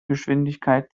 geschwindigkeit